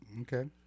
Okay